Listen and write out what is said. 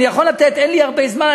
אין לי הרבה זמן,